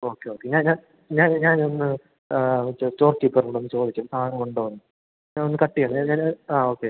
okay ഞാൻ ഞാൻ ഞാൻ ഞാനൊന്ന് മറ്റെ സ്റ്റോർ കീപ്പറോടൊന്ന് ചോദിക്കും സാധനമുണ്ടോന്ന് ഞാൻ ഒന്ന് കട്ട് ചെയ്യുന്നു ഞാൻ ആ ഓക്കെ